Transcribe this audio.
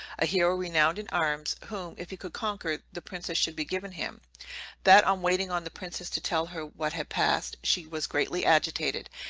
a hero renowned in arms, whom, if he could conquer, the princess should be given him that on waiting on the princess to tell her what had passed, she was greatly agitated,